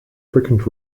frequent